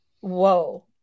Whoa